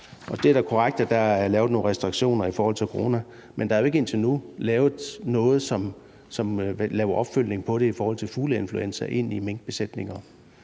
Det er da korrekt, at der er lavet nogle restriktioner i forhold til corona, men der er jo ikke indtil nu lavet noget, som laver opfølgning på det i forhold til fugleinfluenza i minkbesætninger.